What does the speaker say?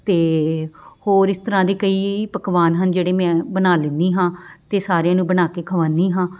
ਅਤੇ ਹੋਰ ਇਸ ਤਰ੍ਹਾਂ ਦੇ ਕਈ ਪਕਵਾਨ ਹਨ ਜਿਹੜੇ ਮੈਂ ਬਣਾ ਲੈਂਦੀ ਹਾਂ ਅਤੇ ਸਾਰਿਆਂ ਨੂੰ ਬਣਾ ਕੇ ਖਵਾਉਂਦੀ ਹਾਂ